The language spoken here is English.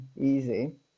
easy